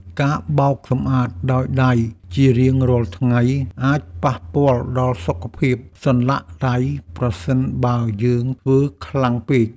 ការបោកសម្អាតដោយដៃជារៀងរាល់ថ្ងៃអាចប៉ះពាល់ដល់សុខភាពសន្លាក់ដៃប្រសិនបើយើងធ្វើខ្លាំងពេក។